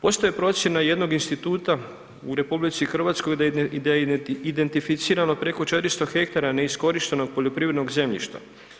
Postoje procjena jednog instituta u RH da identificirano preko 400 hektara neiskorištenog poljoprivrednog zemljišta.